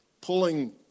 pulling